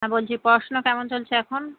হ্যাঁ বলছি পড়াশুনা কেমন চলছে এখন